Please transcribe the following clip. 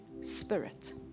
spirit